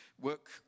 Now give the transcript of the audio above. work